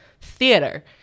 theater